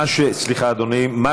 סליחה, אדוני, הרשימה סגורה.